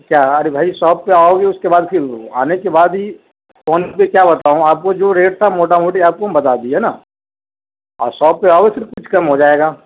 كيا ارے بھائى شاپ پہ آؤ گے اس كے بعد پھر آنے کے بعد ہى فون پہ كيا بتاؤں آپ كو جو ريٹ تھا موٹا موٹی ہم آپ کو بتا دیا ہے نا ہاں شاپ پہ آؤ گے پھر كچھ كم ہو جائے گا